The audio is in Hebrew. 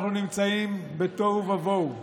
אנחנו נמצאים בתוהו ובוהו.